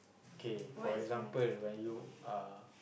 okay for example when you are